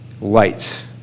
light